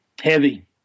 heavy